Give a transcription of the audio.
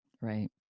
Right